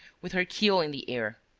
with her keel in the air.